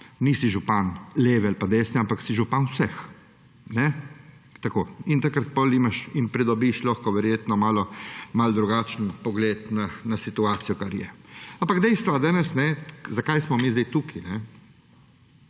nisi župan leve ali pa desne, ampak si župan vseh. Kajne? Tako. In takrat potem imaš in pridobiš lahko verjetno malo drugačen pogled na situacijo, ki je. Ampak dejstva danes, zakaj smo mi zdaj tukaj.